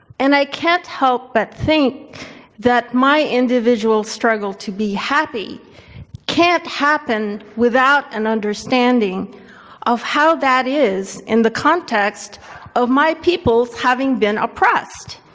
and i can't help but think that my individual struggle to be happy can't happen without an understanding of how that is in the context of my peoples having been oppressed